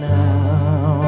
now